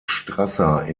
strasser